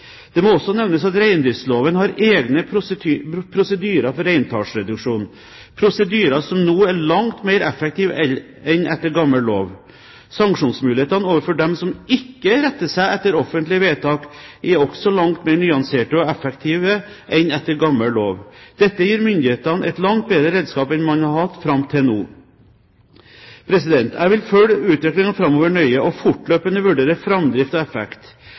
Det må også nevnes at reindriftsloven har egne prosedyrer for reintallsreduksjon, prosedyrer som er langt mer effektive enn etter gammel lov. Sanksjonsmulighetene overfor dem som ikke retter seg etter offentlige vedtak, er også langt mer nyanserte og effektive enn etter gammel lov. Dette gir myndighetene et langt bedre redskap enn man har hatt fram til nå. Jeg vil følge utviklingen framover nøye og fortløpende vurdere framdrift og effekt.